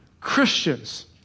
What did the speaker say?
Christians